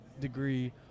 degree